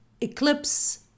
eclipse